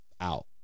out